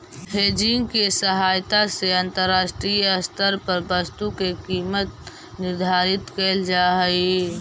hedging के सहायता से अंतरराष्ट्रीय स्तर पर वस्तु के कीमत निर्धारित कैल जा हई